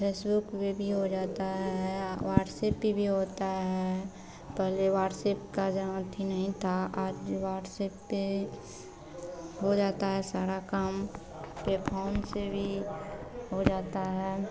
Facebook पर भी हो जाता है वॉट्सएप पर भी होता है पहले वॉट्सएप का जहाँ अथी नहीं था आज वॉट्सएप पर हो जाता है सारा काम पे फ़ोन से भी हो जाता है